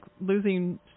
losing